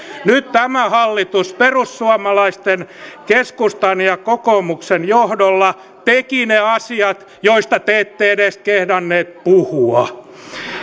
nyt tämä hallitus perussuomalaisten keskustan ja kokoomuksen johdolla teki ne asiat joista te ette edes kehdanneet puhua